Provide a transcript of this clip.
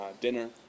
dinner